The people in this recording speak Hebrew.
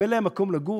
אם אין להם מקום לגור,